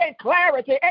clarity